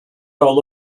all